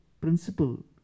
principle